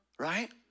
Right